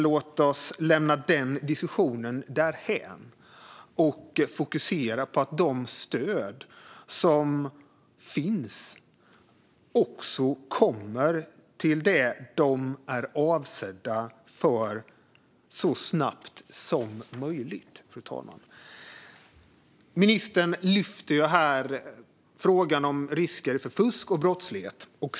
Låt oss lämna den diskussionen därhän och fokusera på att de stöd som finns kommer till dem som de är avsedda för så snabbt möjligt, fru talman. Ministern lyfter här fram frågan om risker för fusk och brottslighet.